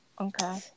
Okay